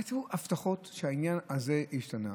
היו הבטחות שהעניין הזה ישתנה.